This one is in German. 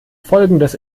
folgendes